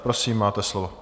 Prosím, máte slovo.